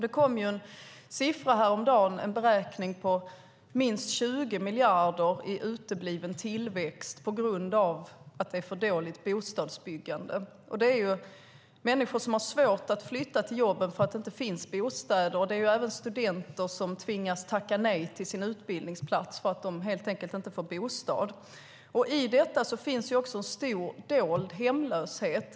Det kom siffror häromdagen med en beräkning på minst 20 miljarder i utebliven tillväxt på grund av att det är för dåligt bostadsbyggande. Det är människor som har svårt att flytta till jobben därför att det inte finns bostäder. Det är även studenter som tvingas tacka nej till sin utbildningsplats därför att de helt enkelt inte får bostad. I detta finns en stor dold hemlöshet.